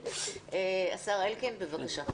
השר אלקין, בבקשה.